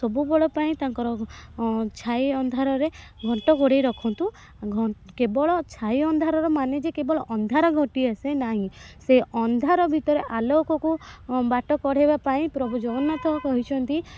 ସବୁବେଳ ପାଇଁ ତାଙ୍କର ଛାଇ ଅନ୍ଧାରରେ ଘଣ୍ଟ ଘୋଡ଼ାଇ ରଖନ୍ତୁ ଘ କେବଳ ଛାଇ ଅନ୍ଧାରର ମାନେ ଯେ କେବଳ ଅନ୍ଧାର ଘୋଟି ଆସେ ନାହିଁ ସେ ଅନ୍ଧାର ଭିତରେ ଆଲୋକକୁ ବାଟ ପଢାଇବା ପାଇଁ ପ୍ରଭୁ ଜଗନ୍ନାଥ କହିଛନ୍ତି